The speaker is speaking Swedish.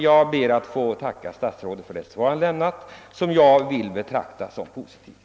Jag ber att få tacka statsrådet för hans svar som jag vill betrakta som positivt.